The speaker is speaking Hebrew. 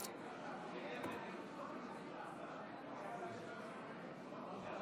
להלן תוצאות ההצבעה: 58 בעד, 46 נגד.